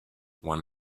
one